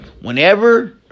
whenever